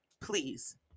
please